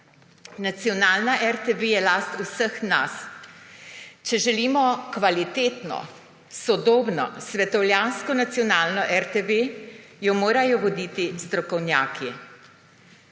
Nacionalna RTV je last vseh nas. Če želimo kvalitetno, sodobno, svetovljansko nacionalno RTV, jo morajo voditi strokovnjaki.